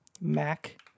Mac